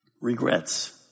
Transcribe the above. Regrets